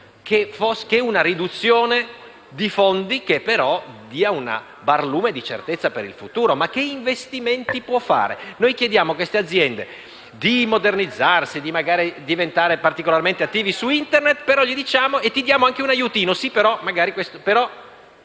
che una riduzione di fondi che però dia un barlume di certezza per il futuro. Che investimenti può fare? Noi chiediamo a queste aziende di modernizzarsi, di diventare particolarmente attive su Internet e a questo fine diamo anche un piccolo aiuto,